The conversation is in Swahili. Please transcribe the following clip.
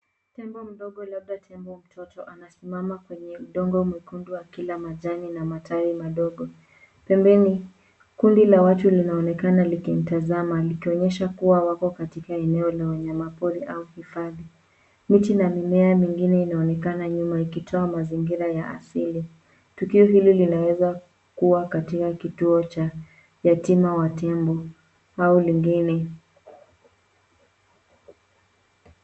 Tembo mdogo labda tembo mtoto amesimama kwenye udongo mwekundu akila majani na matawi madogo. Pembeni kundi la watu linaonekana likimtazama, likionyesha kuwa wako katika eneo la wanyama pori au hifadhi. Miti na mimea mingine inaonekana nyuma ikitoa mazingira ya asili. Tukio hili linaweza kuwa katika kituo cha, yatima wa tembo au lengine.